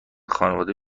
خانواده